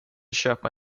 köpa